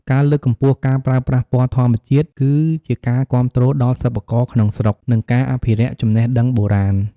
ការលើកកម្ពស់ការប្រើប្រាស់ពណ៌ធម្មជាតិ គឺជាការគាំទ្រដល់សិប្បករក្នុងស្រុក និងការអភិរក្សចំណេះដឹងបុរាណ។